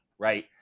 right